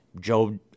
Joe